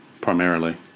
primarily